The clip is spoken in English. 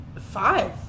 Five